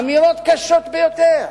אמירות קשות ביותר.